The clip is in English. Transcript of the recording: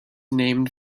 named